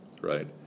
right